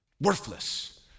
worthless